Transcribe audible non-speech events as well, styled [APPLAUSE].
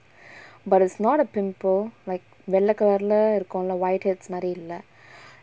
[BREATH] but it's not a pimple like வெள்ள:vella colour lah இருக்கும்ல:irukkumla white hills மாரி இல்ல:maari illa